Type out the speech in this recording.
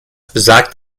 besagt